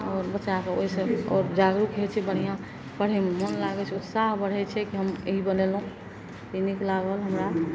आओर बच्चाके ओइसँ आओर जागरुक होइ छै बढ़िआँ पढ़यमे मोन लागय छै उत्साह बढ़य छै कि हम यही बनेलहुँ ई नीक लागल हमरा